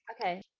Okay